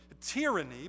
tyranny